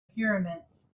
pyramids